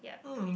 yup